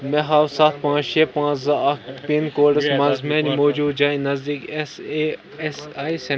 مےٚ ہاو سَتھ پانٛژھ شیٚے پانٛژھ زٕ اکھ پِن کوڈس مَنٛز میانہِ موٗجوٗدٕ جایہِ نزدیٖک ایٚس اے ایٚس آیۍ سینٹر